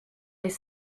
les